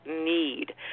need